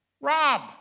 Rob